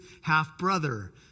half-brother